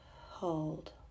hold